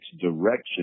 direction